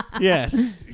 Yes